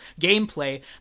gameplay